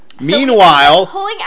Meanwhile